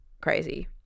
crazy